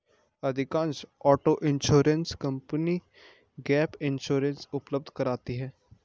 अधिकांशतः auto insurance company gap insurance उपलब्ध कराती है